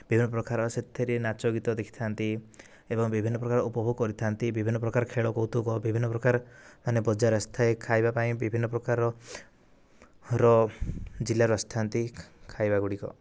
ବିଭିନ୍ନ ପ୍ରକାର ସେଥିରେ ନାଚ ଗୀତ ଦେଖିଥାନ୍ତି ଏବଂ ବିଭିନ୍ନ ପ୍ରକାର ଉପଭୋଗ କରିଥାନ୍ତି ବିଭିନ୍ନ ପ୍ରକାର ଖେଳ କୌତୁକ ବିଭିନ୍ନ ପ୍ରକାର ମାନେ ବଜାର ଆସିଥାଏ ଖାଇବା ପାଇଁ ବିଭିନ୍ନ ପ୍ରକାର ର ଜିଲ୍ଲାରୁ ଆସିଥାନ୍ତି ଖାଇବା ଗୁଡିକ